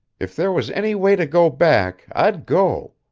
if there was any way to go back, i'd go.